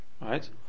right